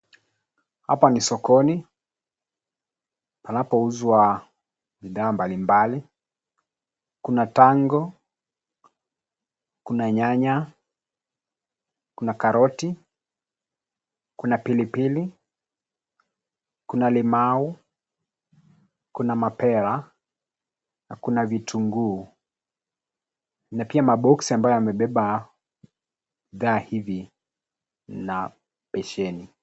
Hapa ni sokoni panapo uzwa bidhaa mbali mbali kuna tango, kuna nyanya, kuna karoti, kuna pili pili, kuna limao, kuna mapera, na kuna vitunguu. Pia maboxi amabayo yamebeba bidhaa hivi na besheni.